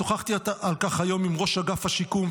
שוחחתי על כך היום עם ראש אגף השיקום,